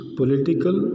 political